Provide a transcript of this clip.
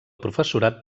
professorat